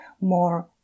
more